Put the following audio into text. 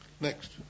next